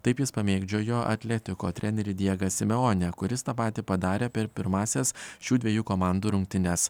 taip jis pamėgdžiojo atletiko trenerį diegą simeonę kuris tą patį padarė per pirmąsias šių dviejų komandų rungtynes